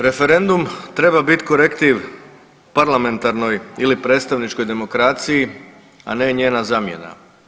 Referendum treba bit korektiv parlamentarnoj ili predstavničkoj demokraciji, a ne njena zamjena.